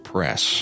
Press